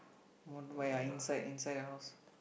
won't yeah inside inside your house